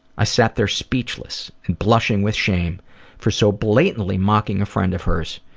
i sat there speechless and blushing with shame for so blatantly mocking a friend of hers.